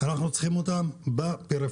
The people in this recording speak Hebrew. אנחנו צריכים אותם בפריפריה,